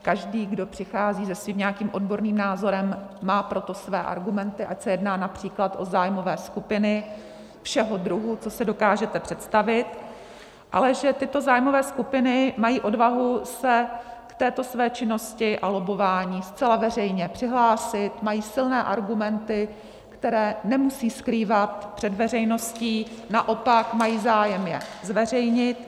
Každý, kdo přichází s nějakým svým odborným názorem, má pro to své argumenty, ať se jedná například o zájmové skupiny všeho druhu, co si dokážete představit, ale že tyto zájmové skupiny mají odvahu se k této své činnosti a lobbování zcela veřejně přihlásit, mají silné argumenty, které nemusí skrývat před veřejností, naopak mají zájem je zveřejnit.